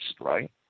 right